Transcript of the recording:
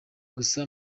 gusa